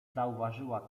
zauważyła